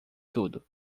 tudo